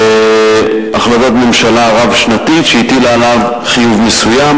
החלטת ממשלה רב-שנתית שהטילה עליו חיוב מסוים,